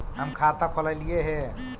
हम खाता खोलैलिये हे?